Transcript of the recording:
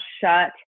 shut